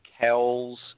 Kells